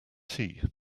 tea